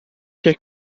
che